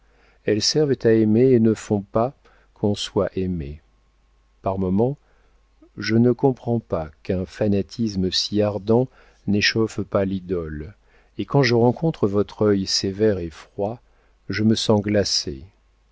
elles servent à aimer et ne font pas qu'on soit aimé par moments je ne comprends pas qu'un fanatisme si ardent n'échauffe pas l'idole et quand je rencontre votre œil sévère et froid je me sens glacé